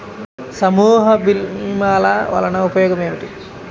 సమూహ భీమాల వలన ఉపయోగం ఏమిటీ?